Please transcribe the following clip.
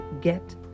get